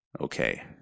Okay